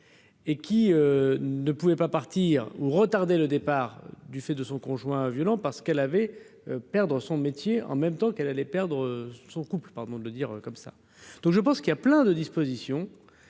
et qui ne pouvait pas partir ou retarder le départ du fait de son conjoint violent parce qu'elle avait perdre son métier en même temps qu'elle allait perdre son couple, pardon de le dire comme ça, donc je pense qu'il y a plein de dispositions